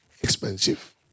expensive